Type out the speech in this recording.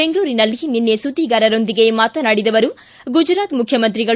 ಬೆಂಗಳೂರಿನಲ್ಲಿ ನಿನ್ನೆ ಸುದ್ದಿಗಾರರೊಂದಿಗೆ ಮಾತನಾಡಿದ ಅವರು ಗುಜರಾತ್ ಮುಖ್ಯಮಂತ್ರಿಗಳು